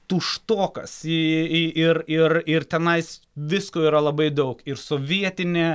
tuštokas į į ir ir ir tenais visko yra labai daug ir sovietinė